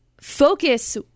focus